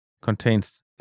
contains